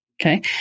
Okay